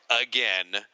again